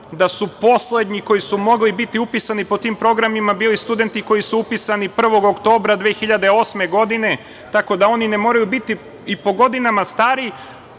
da su poslednji koji su mogli biti upisani po tim programima bili studenti koji su upisani 1. oktobra 2008. godine, tako da oni ne moraju biti i po godinama stari.